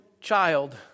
child